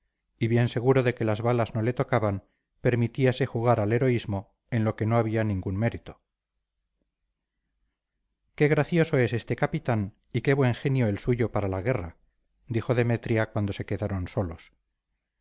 y bien seguro de que las balas no le tocaban permitíase jugar al heroísmo en lo que no había ningún mérito qué gracioso es este capitán y qué buen genio el suyo para la guerra dijo demetria cuando se quedaron solos